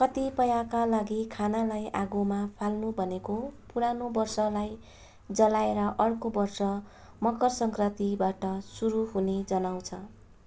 कतिपयका लागि खानालाई आगोमा फाल्नु भनेको पुरानो वर्षलाई जलाएर अर्को वर्ष मकर सङ्क्रान्तिबाट सुरु हुने जनाउँछ